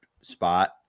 spot